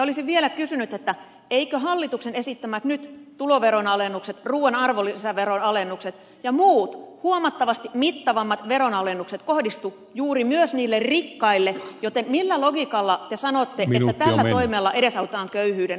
olisin vielä kysynyt eivätkö hallituksen nyt esittämät tuloveronalennukset ruuan arvonlisäveron alennukset ja muut huomattavasti mittavammat veronalennukset kohdistu juuri myös niille rikkaille joten millä logiikalla te sanotte että tällä toimella edesautetaan köyhyyden vähentämistä